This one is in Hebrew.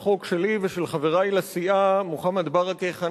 החוק שלי ושל חברי לסיעה מוחמד ברכה,